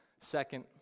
Second